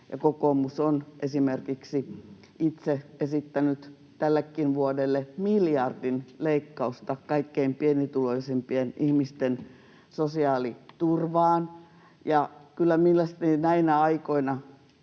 kokoomus on esimerkiksi itse esittänyt tällekin vuodelle miljardin leikkausta kaikkein pienituloisimpien ihmisten sosiaaliturvaan. Kyllä mielestäni näinä aikoina